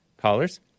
callers